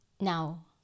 Now